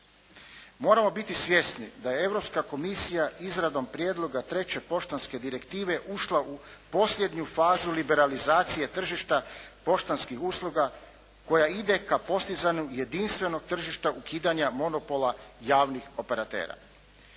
Moramo biti svjesni da je Europska komisija izradom Prijedloga treće poštanske direktive ušla u posljednju fazu liberalizacije tržišta poštanskih usluga koja ide ka postizanju jedinstvenog tržišta, ukidanja monopola javnih operatera.